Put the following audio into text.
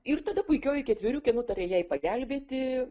ir tada puikioji ketveriukė nutarė jai pagelbėti